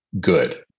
good